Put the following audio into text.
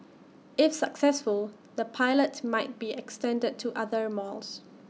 if successful the pilots might be extended to other malls